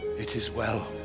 it is well,